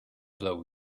blow